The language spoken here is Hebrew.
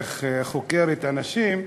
איך היא חוקרת אנשים,